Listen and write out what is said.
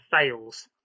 fails